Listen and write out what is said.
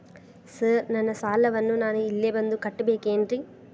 Sir ನನ್ನ ಸಾಲವನ್ನು ನಾನು ಇಲ್ಲೇ ಬಂದು ಕಟ್ಟಬೇಕೇನ್ರಿ?